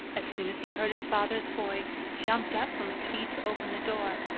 as soon as he heard his father's voice, he jumped up from his seat to open the door,